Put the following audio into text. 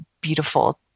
beautiful